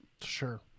sure